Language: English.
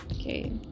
okay